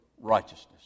righteousness